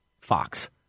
Fox